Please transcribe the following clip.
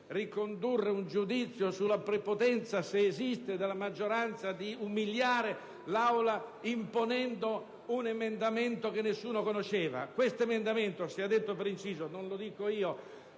esprimere un giudizio sulla prepotenza - se esiste - della maggioranza, che umilierebbe l'Aula imponendo un emendamento che nessuno conosceva. Questo emendamento, sia detto per inciso (ma non lo dico io,